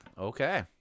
okay